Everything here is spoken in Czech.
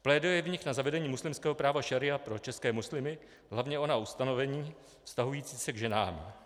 Pléduje v nich na zavedení muslimského práva šaría pro české muslimy, hlavně ona ustanovení vztahující se k ženám.